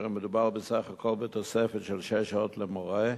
שהרי מדובר בסך הכול בתוספת של שש שעות למורה.